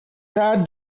tell